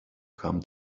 come